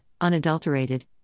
unadulterated